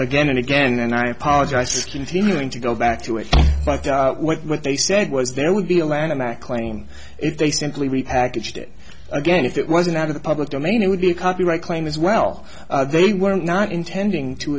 again and again and i apologize continuing to go back to it but what they said was there would be a land and i claim if they simply repackaged it again if it wasn't out of the public domain it would be a copyright claim as well they were not intending to